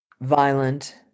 Violent